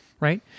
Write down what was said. right